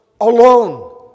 alone